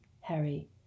Harry